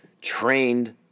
trained